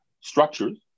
structures